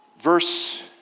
Verse